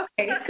Okay